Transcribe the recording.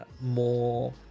more